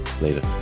Later